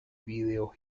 video